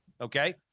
okay